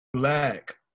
black